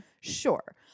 Sure